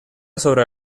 sobre